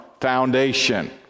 foundation